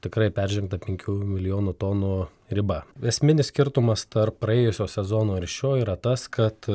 tikrai peržengta penkių milijonų tonų riba esminis skirtumas tarp praėjusio sezono ir šio yra tas kad